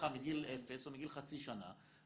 מגיל אפס או מגיל חצי שנה,